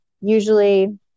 usually